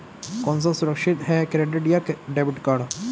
कौन सा सुरक्षित है क्रेडिट या डेबिट कार्ड?